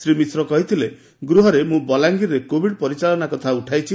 ଶ୍ରୀ ମିଶ୍ର କହିଥିଲେ ଗୃହରେ ମୁଁ ବଲାଙ୍ଗିରରେ କୋଭିଡ ପରିଚାଳନା କଥା ଉଠାଇଛି